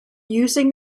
using